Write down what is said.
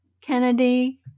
Kennedy